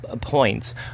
points